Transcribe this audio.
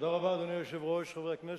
תודה רבה, אדוני היושב-ראש, חברי הכנסת,